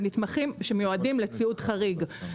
זה נתמכים שמיועדים לציוד חריג.